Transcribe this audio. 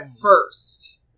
first